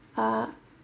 uh